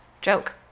joke